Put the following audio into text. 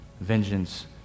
Vengeance